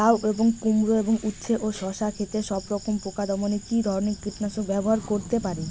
লাউ এবং কুমড়ো এবং উচ্ছে ও শসা ক্ষেতে সবরকম পোকা দমনে কী ধরনের কীটনাশক ব্যবহার করতে পারি?